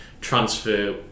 transfer